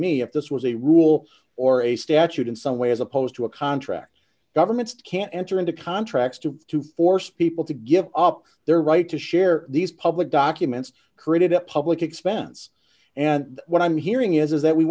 me if this was a rule or a statute in some way as opposed to a contract governments can't enter into contracts to to force people to give up their right to share these public documents created at public expense and what i'm hearing is is that we